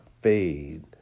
fade